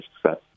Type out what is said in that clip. success